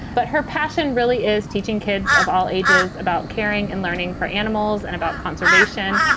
but her passion really is teaching kids of all ages about caring and learning for animals and about conservation.